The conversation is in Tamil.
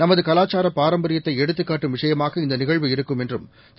நமதுகலாச்சாரப்பாரம்பரியத்தைஎ டுத்துக்காட்டும்விஷயமாகஇந்தநிகழ்வுஇருக்கும்என்றுதிரு